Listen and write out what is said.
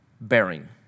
bearing